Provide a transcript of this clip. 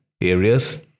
areas